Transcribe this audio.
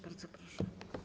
Bardzo proszę.